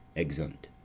exeunt.